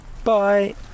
Bye